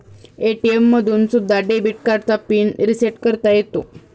ATM मधून सुद्धा debit कार्डचा पिन रिसेट करता येतो